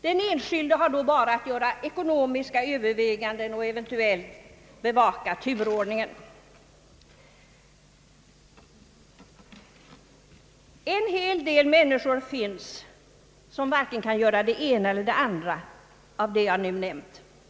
Den enskilde har bara att göra ekonomiska överväganden och eventuellt bevaka turordningen. Men det finns en mängd människor som varken kan göra det ena eller det andra av vad jag nu nämnt under sin fritid.